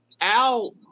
Al –